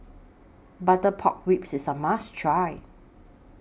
Butter Pork Ribs IS A must Try